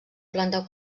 planta